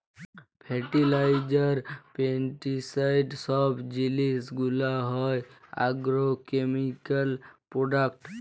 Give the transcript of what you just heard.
fertiliser, pesticide সব জিলিস গুলা হ্যয় আগ্রকেমিকাল প্রোডাক্ট